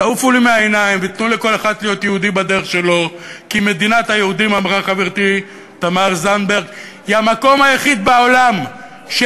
כי אני מאמין שיהודי על-פי ההגדרה של